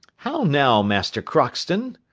how now, master crockston,